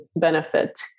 benefit